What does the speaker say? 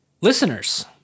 Listeners